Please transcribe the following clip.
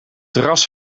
terras